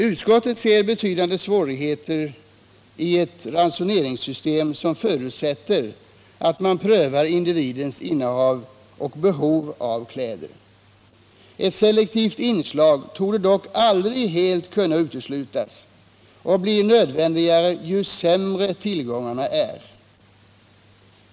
Utskottet ser betydande svårigheter i ett ransoneringssystem som förutsätter att man prövar individens innehav och behov av kläder. Ett selektivt inslag torde dock aldrig helt kunna uteslutas och blir nödvändigare ju sämre tillgångarna är.